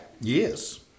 Yes